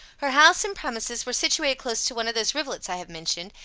her house and premises were situated close to one of those rivulets i have mentioned,